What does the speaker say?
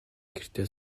гэртээ